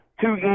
two